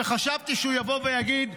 חשבתי שהוא יבוא ויגיד: